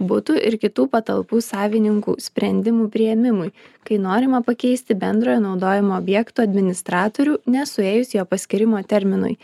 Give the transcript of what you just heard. butų ir kitų patalpų savininkų sprendimų priėmimui kai norima pakeisti bendrojo naudojimo objektų administratorių nesuėjus jo paskyrimo terminui